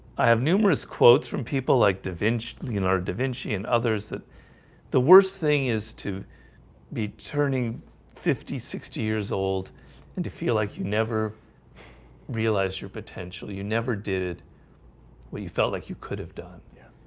i have numerous quotes from people like da vinci leonardo da vinci and others that the worst thing is to be turning fifty sixty years old and to feel like you never realized your potential you never did what you felt like you could have done. yeah,